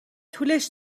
طولش